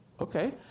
Okay